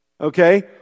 okay